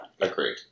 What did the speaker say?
Agreed